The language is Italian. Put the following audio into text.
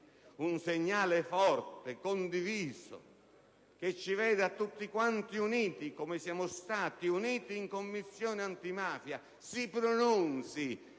un segnale forte e condiviso che ci veda tutti uniti, come lo siamo stati in Commissione antimafia. Si pronunzi